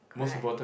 correct